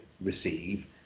receive